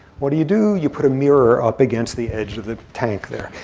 what do you do? you put a mirror up against the edge of the tank there.